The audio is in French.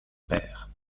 père